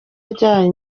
ryari